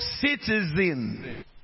citizen